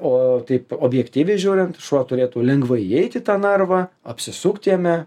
o taip objektyviai žiūrint šuo turėtų lengvai įeit į tą narvą apsisukti jame